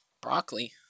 broccoli